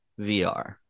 VR